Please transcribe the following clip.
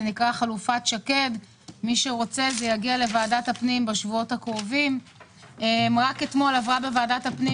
החלופה תיקרא: "חלופת שקד" והיא תגיע בשבועות הקרובים לוועדת הפנים.